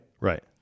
Right